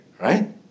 Right